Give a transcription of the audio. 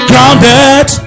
Grounded